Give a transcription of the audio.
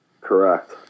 Correct